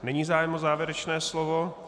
Není zájem o závěrečné slovo.